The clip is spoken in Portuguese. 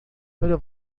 para